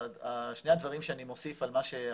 שני הדברים שאני מוסיף על מה שאמרתי,